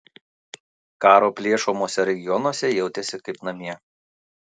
karo plėšomuose regionuose jautėsi kaip namie